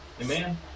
Amen